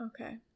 Okay